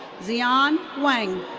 zian wang.